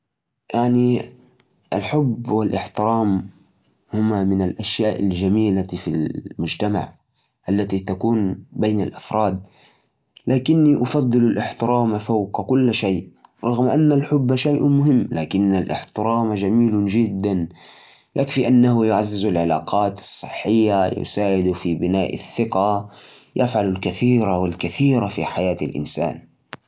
هذا يعتمد على وجهة نظر الشخص وتجربته بس بشكل عام الإحترام يعتبر أساسياً إذا كان عندك إحترام يمكن أن يكون عندك حب حقيقي وصحي. الحب بدون احترام ممكن يؤدي لمشاكل وعلاقات غير صحية يعني الإحترام يعطي أساس قوي للعلاقات بينما الحب يعزز الروابط لكن في النهاية كلايهما مهم وما ينفع نختار واحد على حساب الثاني